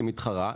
כמתחרה,